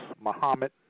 Muhammad